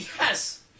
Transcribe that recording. Yes